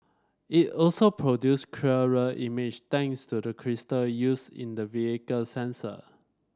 it also produce clearer image thanks to the crystal used in the vehicle's sensor